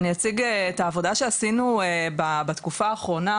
אני אציג את העבודה שעשינו בתקופה האחרונה,